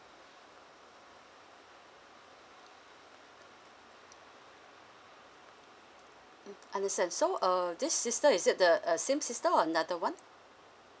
mm understand so uh this sister is it the uh same sister or another one